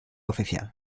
oficial